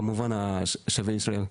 כמובן שבי ישראל.